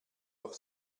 doch